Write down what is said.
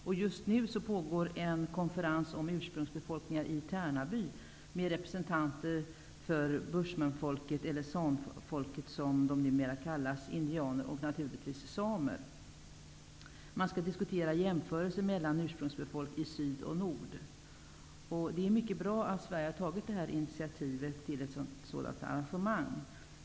Just nu pågår i Tärnaby en konferens om ursprungsbefolkningar med representanter för buschmänfolket, eller sanfolket som det numera kallas, samt indianer och naturligtvis samer. Man skall diskutera jämförelser mellan ursprungsbefolkningen i syd och nord. Det är mycket bra att Sverige har tagit initiativet till detta arrangemang.